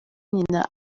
nyina